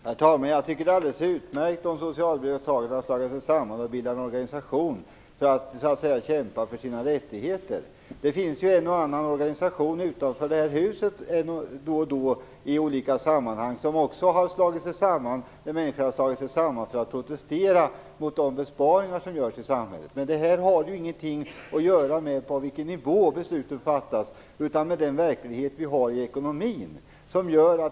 Herr talman! Jag tycker att det är alldeles utmärkt om socialbidragstagare har slagit sig samman och bildat en organisation för att så att säga kämpa för sina rättigheter. Det finns en och annan organisation utanför det här huset som består av människor som har slagit sig samman för att protestera mot de besparingar som görs i samhället. Det har inget att göra med på vilken nivå besluten fattas utan med den verklighet vi har i ekonomin.